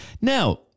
Now